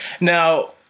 Now